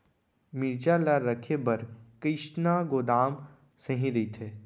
मिरचा ला रखे बर कईसना गोदाम सही रइथे?